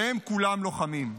והם כולם לוחמים.